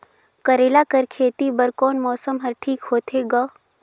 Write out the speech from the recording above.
करेला कर खेती बर कोन मौसम हर ठीक होथे ग?